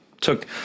took